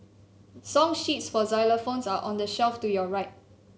song sheets for xylophones are on the shelf to your right